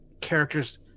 characters